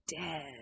dead